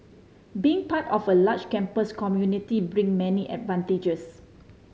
being part of a large campus community bring many advantages